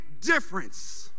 difference